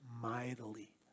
mightily